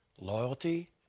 loyalty